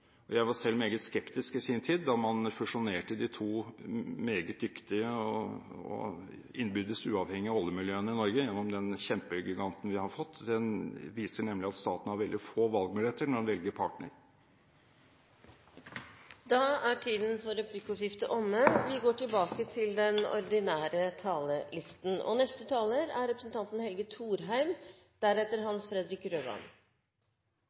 for. Jeg var i sin tid selv meget skeptisk da man fusjonerte de to meget dyktige og innbyrdes uavhengige oljemiljøene i Norge i den kjempegiganten vi har fått. Det medfører nemlig at staten har veldig få valgmuligheter når den velger partner. Replikkordskiftet er omme. Saken om Riksrevisjonens undersøkelse av statens arbeid med CO2-håndtering tar i det vesentligste for seg CO2-håndteringen på Mongstad, men det er også viet noe oppmerksomhet til